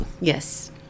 Yes